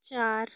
ਚਾਰ